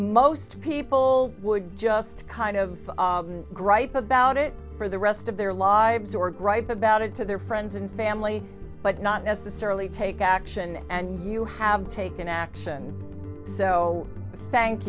most people would just kind of gripe about it for the rest of their lives or gripe about it to their friends and family but not necessarily take action and you have taken action so thank